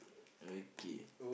okay